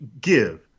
give